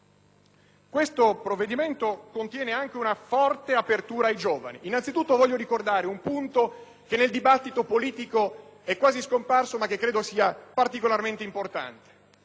Il provvedimento in esame contiene anche una marcata apertura ai giovani. Innanzitutto, voglio ricordare un punto che nel dibattito politico è quasi scomparso, ma che credo sia particolarmente importante: